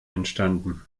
entstanden